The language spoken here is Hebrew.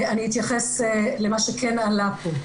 אני אתייחס למה שכן עלה פה.